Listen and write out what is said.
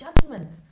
judgment